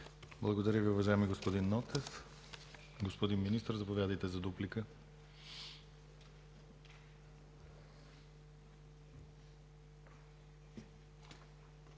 Благодаря Ви, уважаеми господин Нотев. Господин Министър, заповядайте за дуплика.